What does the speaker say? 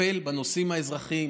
לטפל בנושאים האזרחיים,